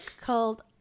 called